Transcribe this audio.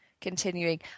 continuing